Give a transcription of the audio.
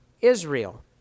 Israel